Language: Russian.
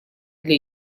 для